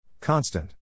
Constant